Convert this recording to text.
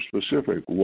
specific